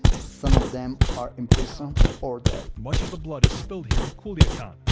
some of them are in prison or dead much of the blood is spilled here in culiacan,